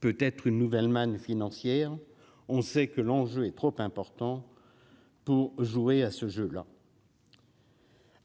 Peut être une nouvelle manne financière, on sait que l'enjeu est trop important pour jouer à ce jeu là.